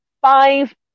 five